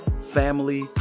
family